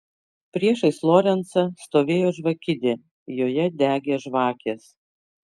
priešais lorencą stovėjo žvakidė joje degė žvakės